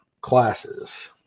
Classes